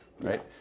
right